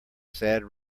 sad